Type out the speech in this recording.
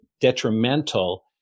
detrimental